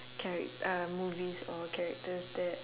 charac~ uh movies or characters that